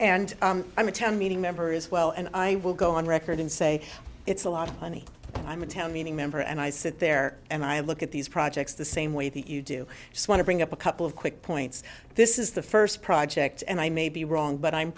and i'm a town meeting members well and i will go on record and say it's a lot of money i'm in town meeting member and i sit there and i look at these projects the same way that you do want to bring up a couple of quick points this is the first project and i may be wrong but i'm